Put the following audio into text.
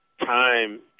time